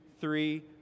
three